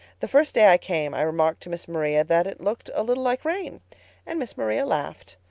the first day i came i remarked to miss maria that it looked a little like rain and miss maria laughed.